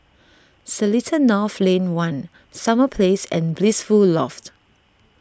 Seletar North Lane one Summer Place and Blissful Loft